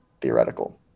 theoretical